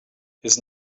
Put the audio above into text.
his